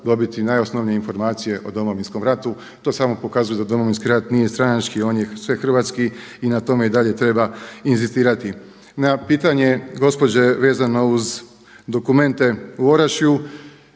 dobiti najosnovnije informacije o Domovinskom ratu. To samo pokazuje da Domovinski rat nije stranački, one je svehrvatski i na tome i dalje treba inzistirati. Na pitanje gospođe vezano uz dokumente u Orašju